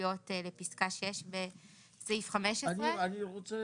הסתייגויות לפסקה (6) בסעיף 15. אני רוצה